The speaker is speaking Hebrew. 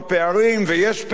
ויש פערים.